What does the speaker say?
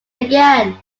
again